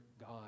God